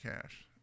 Cash